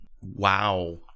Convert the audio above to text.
Wow